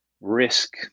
risk